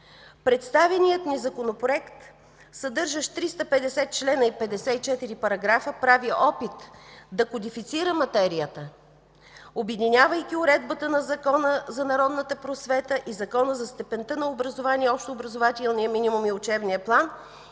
Представеният ни Законопроект, съдържащ 350 члена и 54 параграфа, прави опит да кодифицира материята, обединявайки уредбата на Закона за народната просвета и Закона за степента на образование, общообразователния минимум и учебния план,